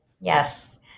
Yes